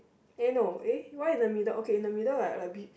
eh no eh why in the middle okay in the middle like like a bit